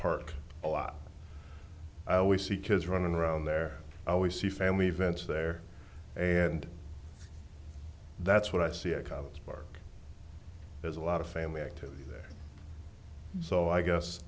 park a lot i always see kids running around there i always see family events there and that's what i see a car park there's a lot of family activity there so i guess